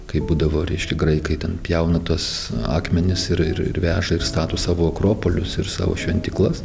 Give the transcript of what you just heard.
kai būdavo reiškia graikai ten pjauna tuos akmenis ir ir ir veža ir stato savo akropolius ir savo šventyklas